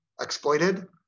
exploited